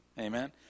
Amen